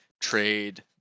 trade